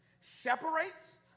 separates